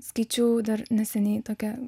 skaičiau dar neseniai tokią